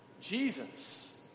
Jesus